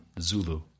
Zulu